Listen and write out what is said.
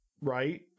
right